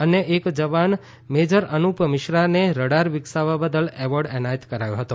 અન્ય એક જવાન મેજર અનૂપ મિશ્રાને રડાર વિકસાવવા બદલ એવોર્ડ એનાયત કરાયો હતો